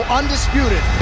undisputed